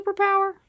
superpower